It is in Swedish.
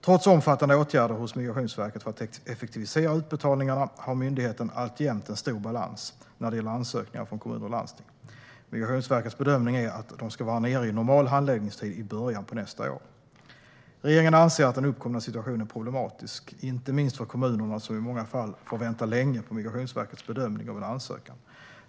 Trots omfattande åtgärder hos Migrationsverket för att effektivisera utbetalningarna har myndigheten alltjämt en stor balans när det gäller ansökningar från kommuner och landsting. Migrationsverkets bedömning är att man ska vara nere i normal handläggningstid i början av nästa år. Regeringen anser att den uppkomna situationen är problematisk, inte minst för kommunerna som i många fall får vänta länge på Migrationsverkets bedömning av ansökan.